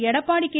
Edappadi K